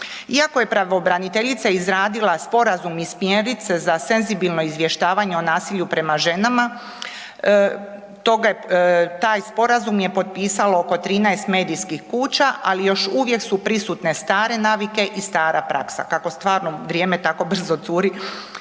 Iako je pravobraniteljica izradila sporazum i smjernice za senzibilno izvještavanje o nasilju prema ženama taj sporazum je potpisalo oko 13 medijskih kuća, ali još uvijek su prisutne stare navike i stara praksa. Kako stvarno vrijeme tako brzo curi